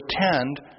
attend